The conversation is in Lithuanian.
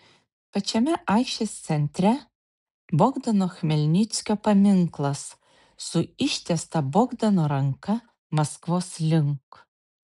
pačiame aikštės centre bogdano chmelnickio paminklas su ištiesta bogdano ranka maskvos link